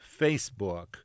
Facebook